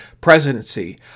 presidency